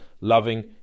loving